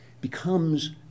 becomes